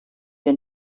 den